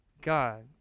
God